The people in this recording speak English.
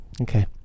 Okay